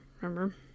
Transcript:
Remember